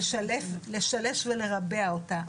לשלש ולרבע אותה.